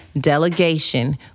Delegation